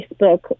Facebook